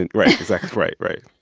and right. exactly. right. right.